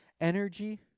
energy